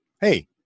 Hey